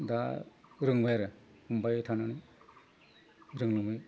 दा रोंबाय आरो हमबाय थानानै रोंलांबाय